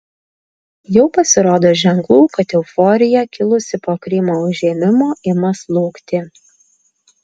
jau pasirodo ženklų kad euforija kilusi po krymo užėmimo ima slūgti